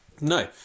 no